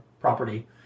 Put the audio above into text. property